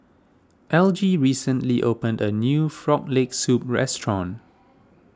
Elgie recently opened a new Frog Leg Soup restaurant